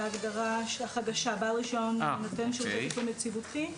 בהגדרה החדשה - בעל רישיון נותן שירותי תשלום יציבותי.